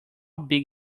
big